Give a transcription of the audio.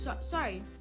sorry